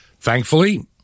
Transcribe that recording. Thankfully